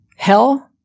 Hell